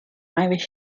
irish